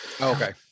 Okay